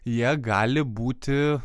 jie gali būti